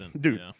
dude